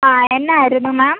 ആ എന്നായിരുന്നു മാം